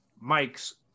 Mike's